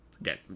Again